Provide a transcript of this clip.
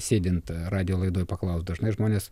sėdint radijo laidoj paklaust dažnai žmonės